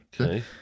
okay